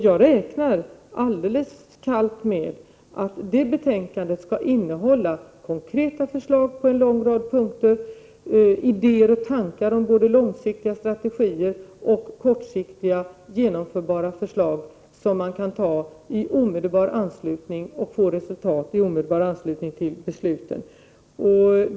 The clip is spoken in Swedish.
Jag räknar alldeles kallt med att det betänkandet skall innehålla konkreta förslag på en lång rad punkter, idéer och tankar om både långsiktiga strategier och kortsiktiga genomförbara förslag som kan ge resultat i omedelbar anslutning till beslutet.